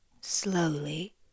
slowly